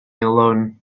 alone